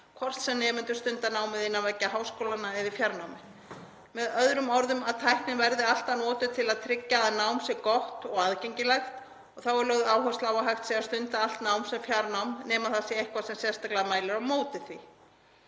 hvort sem nemendur stunda námið innan veggja háskólanna eða í fjarnámi. Með öðrum orðum; að tæknin verði alltaf notuð til að tryggja að nám sé gott og aðgengilegt. Þá er lögð áhersla á að hægt sé að stunda allt nám sem fjarnám nema það sé eitthvað sem sérstaklega mælir á móti því.